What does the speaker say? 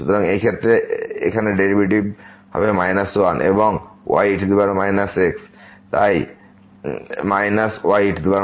সুতরাং এই ক্ষেত্রে এখানে ডেরিভেটিভ হবে 1 এবং y e x তাই ye x